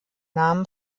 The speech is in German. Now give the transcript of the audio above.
namen